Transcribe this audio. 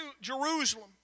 Jerusalem